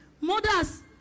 Mothers